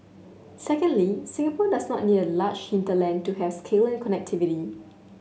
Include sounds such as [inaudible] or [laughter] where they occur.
secondly Singapore does not need a large hinterland to has [unintelligible] and connectivity